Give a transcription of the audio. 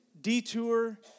detour